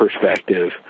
perspective